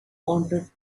wanted